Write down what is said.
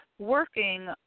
working